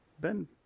Ben